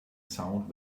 sound